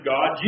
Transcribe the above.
God